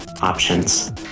options